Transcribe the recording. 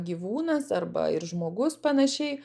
gyvūnas arba ir žmogus panašiai